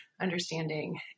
understanding